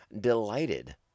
delighted